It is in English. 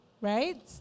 right